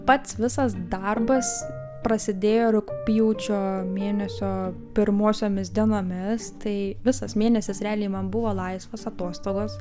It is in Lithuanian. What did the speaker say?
pats visas darbas prasidėjo rugpjūčio mėnesio pirmosiomis dienomis tai visas mėnesis realiai man buvo laisvas atostogos